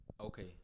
Okay